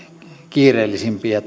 kiireellisimpiä